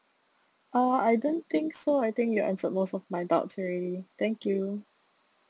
uh I don't think so I think you answered most of my doubts already thank you